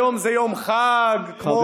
היום זה יום חג כמו שחרור הכותל.